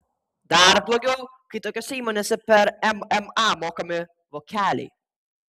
dar blogiau kai tokiose įmonėse prie mma mokami vokeliai